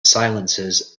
silences